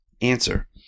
answer